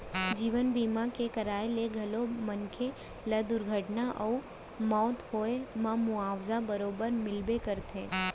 जीवन बीमा के कराय ले घलौक मनसे ल दुरघटना अउ मउत होए म मुवाजा बरोबर मिलबे करथे